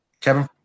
Kevin